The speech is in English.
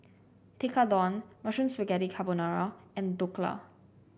Tekkadon Mushroom Spaghetti Carbonara and Dhokla